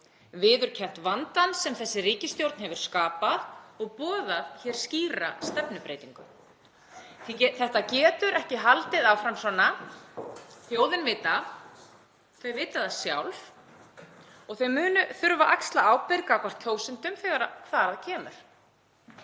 viðurkennt vandann sem þessi ríkisstjórn hefur skapað og boðað hér skýra stefnubreytingu. Þetta getur ekki haldið áfram svona. Þjóðin veit það, þau vita það sjálf og þau munu þurfa að axla ábyrgð gagnvart kjósendum þegar þar að kemur.